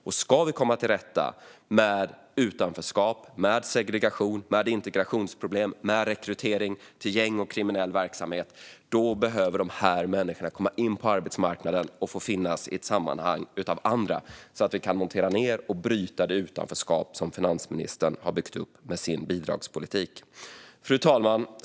Om vi ska komma till rätta med utanförskap, med segregation, med integrationsproblem och med rekrytering till gäng och kriminell verksamhet behöver dessa människor komma in på arbetsmarknaden och få finnas i ett sammanhang med andra, så att vi kan montera ned och bryta det utanförskap som finansministern har byggt upp med sin bidragspolitik. Fru talman!